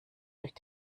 durch